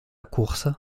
course